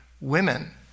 women